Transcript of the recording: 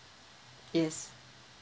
yes